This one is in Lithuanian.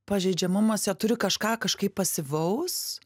pažeidžiamumas jo turi kažką kažkaip pasyvaus